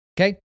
Okay